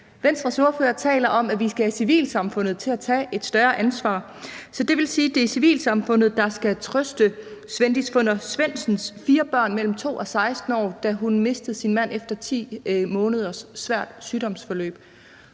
Venstres ordfører taler om, at vi skal have civilsamfundet til at tage et større ansvar. Så det vil sige, at det er civilsamfundet, der skulle trøste Svandís Funder Svendsens fire børn på mellem 2 og 16 år, da hun mistede sin mand efter 10 måneders svært sygdomsforløb.